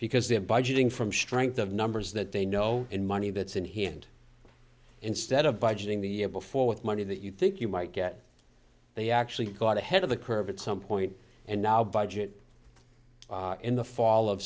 because they're budgeting from strength of numbers that they know and money that's in here and instead of budgeting the year before with money that you think you might get they actually got ahead of the curve at some point and now budget in the fall of